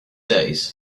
days